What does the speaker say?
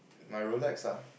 my Rolex ah